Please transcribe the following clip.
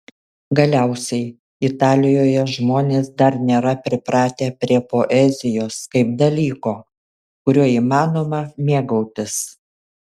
galiausiai italijoje žmonės dar nėra pripratę prie poezijos kaip dalyko kuriuo įmanoma mėgautis